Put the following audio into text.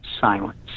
silence